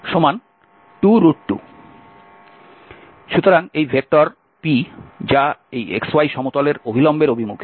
সুতরাং এই vector p যা এই x y সমতলের অভিলম্বের অভিমুখে